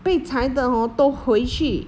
被裁的 hor 都回去